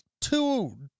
two